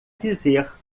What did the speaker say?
dizer